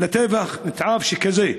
לטבח נתעב שכזה.